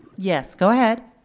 yes, go ahead.